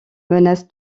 menaces